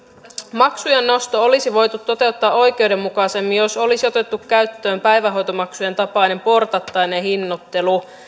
maksujen nosto olisi voitu toteuttaa oikeudenmukaisemmin jos olisi otettu käyttöön päivähoitomaksujen tapainen portaittainen hinnoittelu